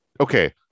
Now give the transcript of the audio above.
okay